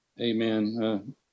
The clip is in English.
amen